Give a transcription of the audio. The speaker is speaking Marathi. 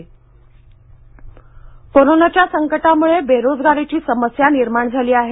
कौशल्यविकास कोरोनाच्या संकटामुळे बेरोजगारीची समस्या निर्माण झाली आहे